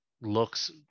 looks